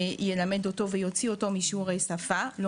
שילמד אותו ויוציא אותו משיעורי שפה לא